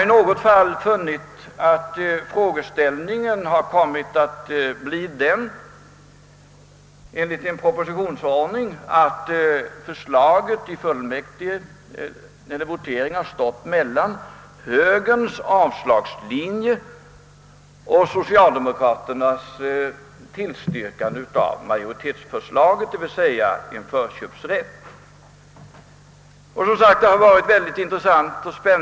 I de flesta fall har högern avstyrkt betänkandet, medan socialdemokraterna tillstyrkt det. Det har varit spännande att se hur mittenpartierna skulle ställa sig.